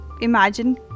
imagine